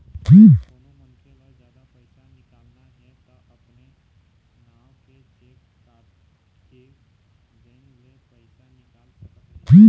कोनो मनखे ल जादा पइसा निकालना हे त अपने नांव के चेक काटके बेंक ले पइसा निकाल सकत हे